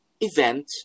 event